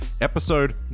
episode